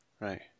Right